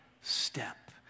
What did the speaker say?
step